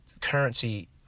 currency